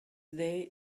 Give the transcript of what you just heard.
day